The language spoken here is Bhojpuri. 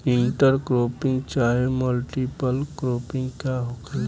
इंटर क्रोपिंग चाहे मल्टीपल क्रोपिंग का होखेला?